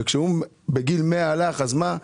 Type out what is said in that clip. וכשהוא בגיל 100 הלך, אז מה?